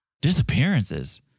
disappearances